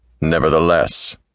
Nevertheless